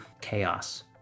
chaos